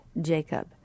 Jacob